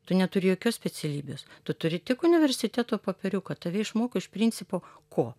tu neturi jokios specialybės tu turi tik universiteto popieriuką tave išmoko iš principo ko